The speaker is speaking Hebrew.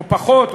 או פחות,